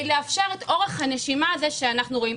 לאפשר את אורך הנשימה הזה שאנחנו רואים.